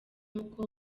uko